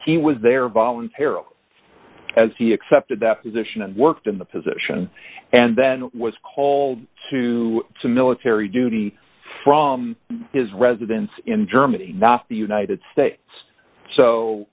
he was there voluntarily as he accepted that position and worked in the position and then was called to to military duty from his residence in germany not the united states so